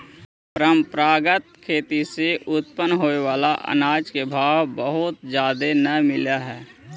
परंपरागत खेती से उत्पन्न होबे बला अनाज के भाव बहुत जादे न मिल हई